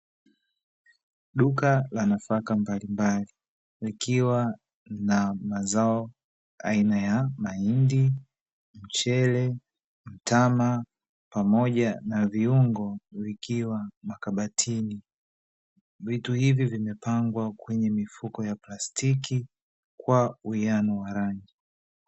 Duka la nafaka mbalimbali, likiwa na mazao aina ya mahindi, mchele, mtama pamoja na viungo, vikiwa makabatini. Vitu hivi vimepangwa kwenye mifuko ya plastiki kwa uwiano wa rangi.